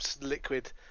liquid